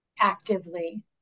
actively